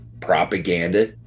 propaganda